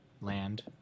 land